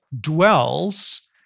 dwells